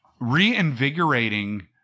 reinvigorating